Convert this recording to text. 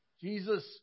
Jesus